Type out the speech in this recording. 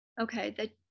okay